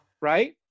Right